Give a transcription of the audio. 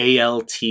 ALT